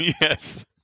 Yes